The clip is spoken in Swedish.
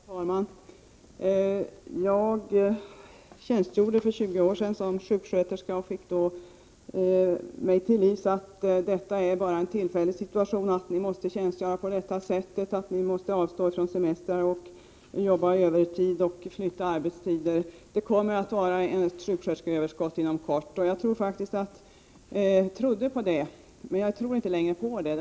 Herr talman! Jag tjänstgjorde för 20 år sedan som sjuksköterska och fick då ständigt höra att det är bara en tillfällig situation att ni måste tjänstgöra på det här sättet, att ni måste avstå från semestrar, att ni måste jobba övertid och flytta arbetstider. Det kommer att vara ett sjuksköterskeöverskott inom kort, förklarade man. Och jag trodde på detta, men jag tror inte längre på det.